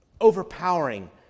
overpowering